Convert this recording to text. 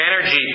energy